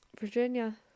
Virginia